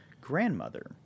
grandmother